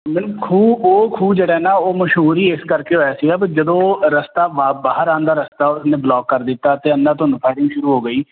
ma'am ਖੂਹ ਜਿਹੜਾ ਨਾ ਉਹ ਮਸ਼ਹੂਰ ਹੀ ਇਸ ਕਰਕੇ ਹੋਇਆ ਸੀ ਜਦੋਂ ਰਸਤਾ ਬਾਹਰ ਆਉਂਦਾ ਰਸਤਾ ਨੇ ਬਲੋਕ ਕਰ ਦਿੱਤਾ ਅਤੇ ਅੰਧਾਧੁੰਦ ਫਾਈਰਿੰਗ ਸ਼ੁਰੂ ਹੋ ਗਈ